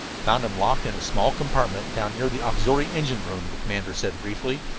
found him locked in a small compartment down near the auxiliary engine room, the commander said briefly.